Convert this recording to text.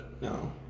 No